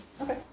Okay